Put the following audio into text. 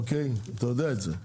אתה יודע את זה.